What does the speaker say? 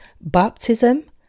baptism